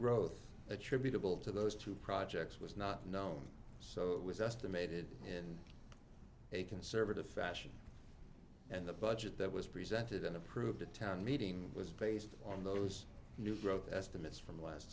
growth attributable to those two projects was not known so it was estimated in a conservative fashion and the budget that was presented and approved the town meeting was based on those new growth estimates from last